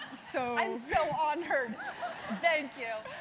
so i'm so honored. thank you.